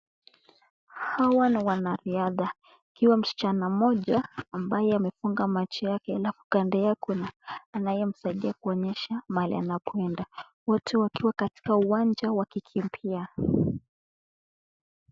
Hawa ni wanariadha. Ikiwa msichana mmoja ambaye amefungua macho yake, halafu kando yake kuna anayemsaidia kuonyesha mahali anapoenda. Wote wakiwa katika uwanja wakikimbia.